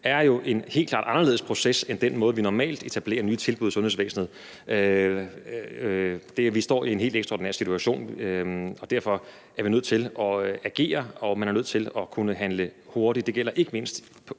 er jo helt klart en anderledes proces end den, vi normalt har, når vi etablerer nye tilbud i sundhedsvæsenet. Vi står i en helt ekstraordinær situation, og derfor er vi nødt til at agere. Man er nødt til at kunne handle hurtigt.